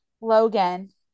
Logan